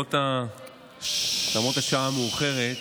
למרות השעה המאוחרת,